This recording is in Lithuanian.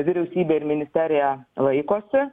vyriausybė ir ministerija laikosi